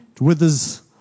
withers